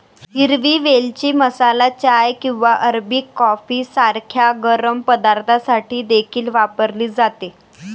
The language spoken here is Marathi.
हिरवी वेलची मसाला चाय किंवा अरेबिक कॉफी सारख्या गरम पदार्थांसाठी देखील वापरली जाते